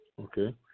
okay